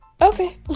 Okay